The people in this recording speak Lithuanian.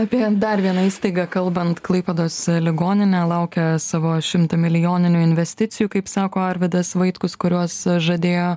apie dar vieną įstaigą kalbant klaipėdos ligoninę laukia savo šimtamilijoninių investicijų kaip sako arvydas vaitkus kuriuos žadėjo